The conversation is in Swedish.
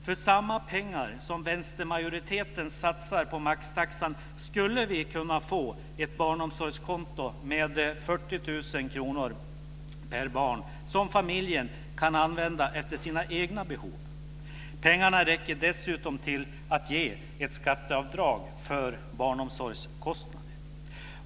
För samma pengar som vänstermajoriteten satsar på maxtaxan skulle vi kunna få ett barnomsorgskonto med 40 000 kr per barn som familjen kan använda efter sina egna behov. Pengarna räcker dessutom till att ge ett skatteavdrag för barnomsorgskostnader.